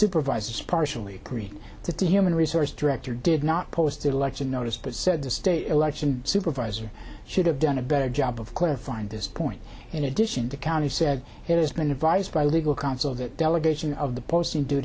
supervisors partially agreed to to human resource director did not post election notice but said the state election supervisor should have done a better job of clarifying this point in addition the county said it has been advised by legal counsel that delegation of the posting d